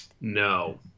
No